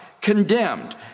condemned